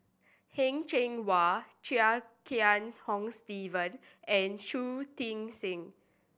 Heng Cheng Hwa Chia Kiah Hong Steve and Shui Tit Sing